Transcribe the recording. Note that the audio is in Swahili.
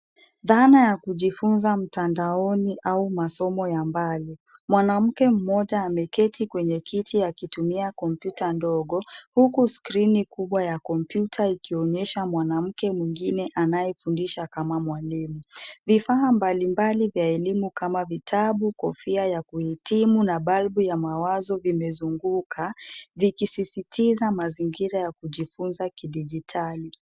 Dhana ya kujifunza mtandaoni au masomo ya mbali. Mwanamke mmoja ameketi kwenye kiti akitumia komputa ndogo, huku skrini kubwa ya komputa ikionyesha mwanamke mwingine anayefundisha kama mwalimu. Vifaa mbalimbali vya elimu kama vitabu, kofia ya kuhitimu na balbu ya mawazo vimezunguka vikisisitiza mazingira ya kujifunza kidijitali.